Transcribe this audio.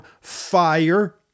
fire